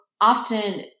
often